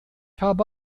habe